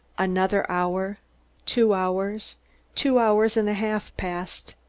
another hour two hours two hours and a half passed.